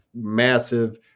massive